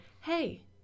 hey